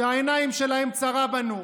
שהעין שלהם צרה בנו,